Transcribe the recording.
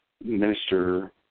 minister